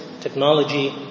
technology